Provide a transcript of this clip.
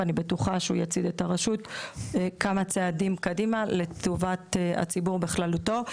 ואני בטוחה שהוא יצעיד את הרשות כמה צעדים קדימה לטובת הציבור בכללותו.